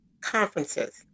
conferences